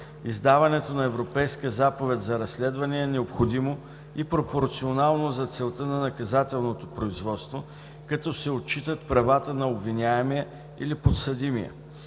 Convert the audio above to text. издаването на Европейска заповед за разследване е необходимо и пропорционално на целта на наказателното производство, като се отчитат правата на обвиняемия или подсъдимия;